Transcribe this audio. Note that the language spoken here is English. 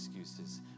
excuses